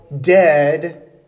dead